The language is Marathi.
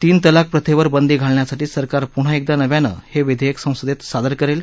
तीन तलाक प्रथेवर बंदी घालण्यासाठी सरकार पुन्हा एकदा नव्यानं हे विधेयक संसदेत सादर करेल